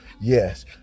Yes